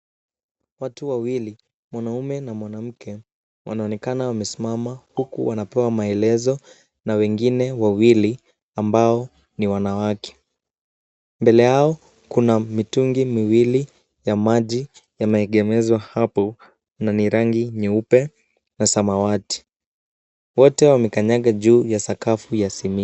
Watu wawili mwanaume na mwanamke wanaonekana wamesimama huku wanapewa maelezo na wengine wawili ambao ni wanawake. Mbele yao kuna mitungi miwili ya maji yameegemezwa hapo na ni rangi nyeupe na samawati. Wote wamekanyaga juu ya sakafu ya simiti.